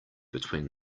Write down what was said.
between